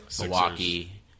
Milwaukee